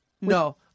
No